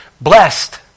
Blessed